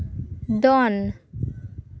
ᱫᱚᱱ